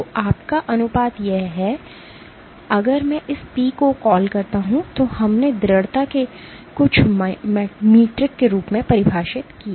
तो आपका अनुपात यह है अगर मैं इस पी को कॉल करता हूं तो हमने दृढ़ता के कुछ मीट्रिक के रूप में परिभाषित किया